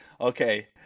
okay